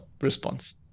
response